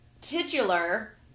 titular